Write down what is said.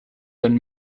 been